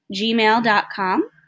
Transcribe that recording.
gmail.com